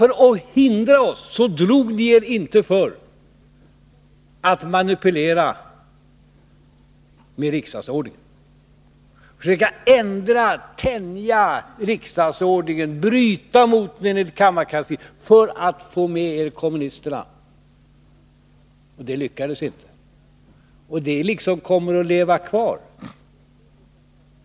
För det andra drog ni er inte för att manipulera med riksdagsordningen. Ni försökte ändra och tänja riksdagsordningen och enligt kammarkansliet bryta mot den för att få med kommunisterna, men det lyckades inte. Detta kommer att leva kvar.